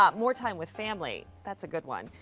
um more time with family, that's a good one.